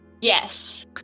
Yes